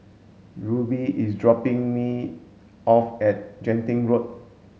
Rubye is dropping me off at Genting Road